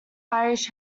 irish